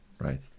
right